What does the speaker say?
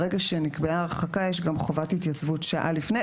ברגע שנקבעה הרחקה יש גם חובת התייצבות שעה לפני,